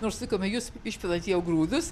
nors sutikome jus išpilant jau grūdus